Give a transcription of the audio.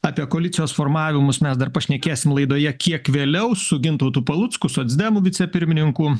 apie koalicijos formavimus mes dar pašnekėsime laidoje kiek vėliau su gintautu palucku socdemų vicepirmininku